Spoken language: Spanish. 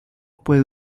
puede